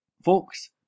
Folks